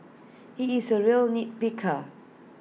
he is A real nit picker